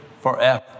forever